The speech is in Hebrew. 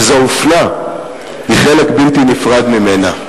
וזו אופנה, היא חלק בלתי נפרד ממנה.